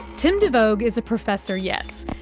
tim devoogd is a professor, yes,